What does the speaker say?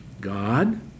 God